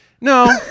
No